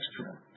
extra